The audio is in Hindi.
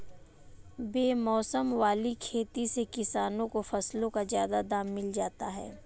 बेमौसम वाली खेती से किसानों को फसलों का ज्यादा दाम मिल जाता है